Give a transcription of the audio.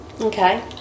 Okay